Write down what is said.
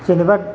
जेनेबा